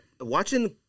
watching